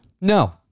No